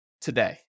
today